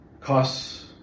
costs